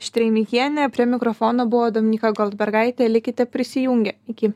štreimikienė prie mikrofono buvo dominykai goldbergaitei likite prisijungę iki